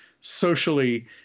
socially